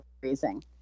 freezing